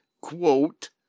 quote